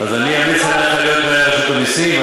אז אני אמליץ עליך להיות מנהל רשות המסים.